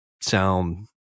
sound